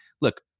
look